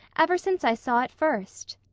ever since i saw it first.